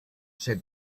said